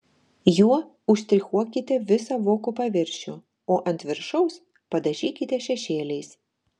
juo užštrichuokite visą voko paviršių o ant viršaus padažykite šešėliais